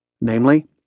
Namely